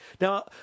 now